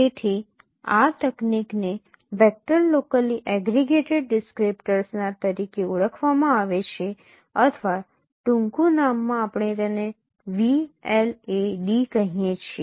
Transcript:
તેથી આ તકનીકને વેક્ટર લોકલી એગ્રિગેટેડ ડિસક્રીપ્ટર્સના તરીકે ઓળખવામાં આવે છે અથવા ટૂંકું નામમાં આપણે તેને VLAD કહીએ છીએ